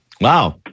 Wow